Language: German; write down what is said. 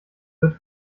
wird